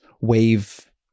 wave